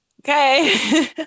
okay